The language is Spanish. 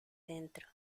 dentro